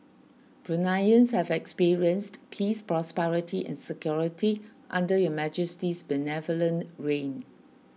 Bruneians have experienced peace prosperity and security under Your Majesty's benevolent reign